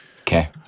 okay